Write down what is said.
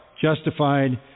justified